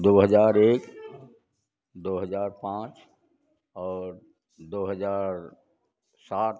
दो हजार एक दो हजार पाँच और दो हजार सात